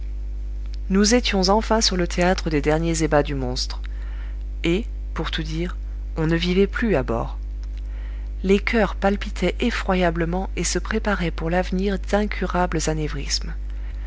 nous étions enfin sur le théâtre des derniers ébats du monstre et pour tout dire on ne vivait plus à bord les coeurs palpitaient effroyablement et se préparaient pour l'avenir d'incurables anévrismes